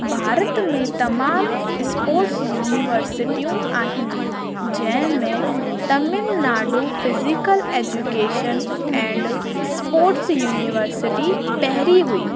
भारत में तमामु स्पोर्ट्स यूनीवर्सिटियूं आहिनि जंहिं में Tamil Nadu physical education and sports university पहिरीं हुई